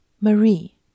Marie